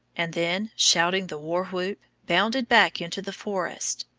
and then, shouting the war whoop, bounded back into the forest.